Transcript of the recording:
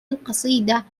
القصيدة